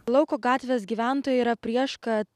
lauko gatvės gyventojai yra prieš kad